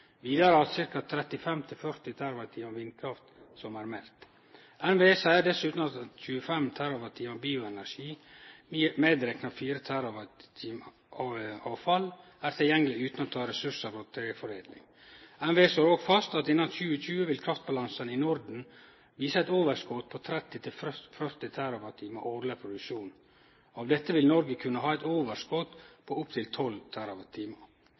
vidare at det er meldt ca. 35–40 TWh vindkraft. NVE seier dessutan at 25 TWh bioenergi, medrekna 4 TWh avfall, er tilgjengelege utan å ta ressursar frå treforedling. NVE slår òg fast at innan 2020 vil kraftbalansen i Norden vise eit overskot på 30–40 TWh årleg produksjon. Av dette vil Noreg kunne ha eit overskot på opptil